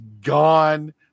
gone